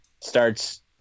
starts